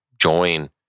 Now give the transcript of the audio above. join